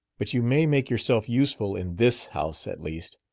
but you may make yourself useful in this house, at least.